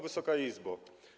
Wysoka Izbo!